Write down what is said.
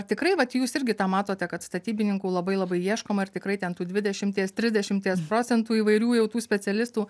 ar tikrai vat jūs irgi tą matote kad statybininkų labai labai ieškoma ir tikrai ten tų dvidešimties trisdešimties procentų įvairių jau tų specialistų